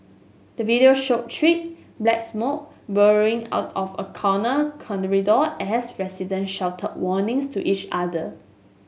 the video showed thick black smoke out of a corner as resident shouted warnings to each other